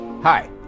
Hi